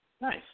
Nice